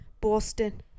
Boston